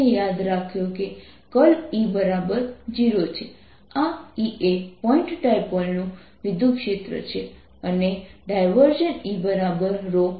અને સવાલ થશે કે જો મારી પાસે આ છે અને M આ z દિશામાં છે બાજુની સપાટી પર એક n છે જેથી તમે Mn લો